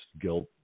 guilt